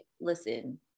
listen